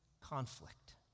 conflict